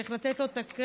צריך לתת לו את הקרדיט.